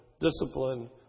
discipline